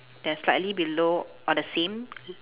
then slightly below on the same